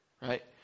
right